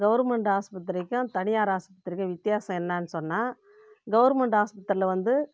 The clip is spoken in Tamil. கவர்மெண்ட் ஆஸ்பத்திரிக்கும் தனியார் ஆஸ்பத்திரிக்கும் வித்தியாசம் என்னானு சொன்னால் கவர்மெண்ட் ஆஸ்பத்திரியில் வந்து